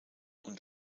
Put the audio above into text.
und